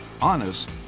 honest